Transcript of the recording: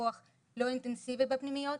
פיקוח לא אינטנסיבי בפנימיות.